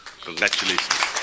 Congratulations